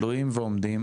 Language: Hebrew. תוהים ועומדים